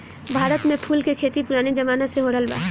भारत में फूल के खेती पुराने जमाना से होरहल बा